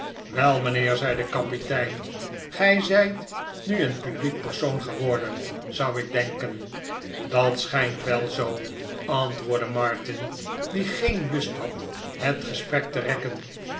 wel mijnheer zei de kapitein gij zijt nu een publiek persoon geworden zou ik denken dat schijnt wel zoo antwoordde martin die geen lust had het gesprek te rekken